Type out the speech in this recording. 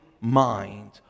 mind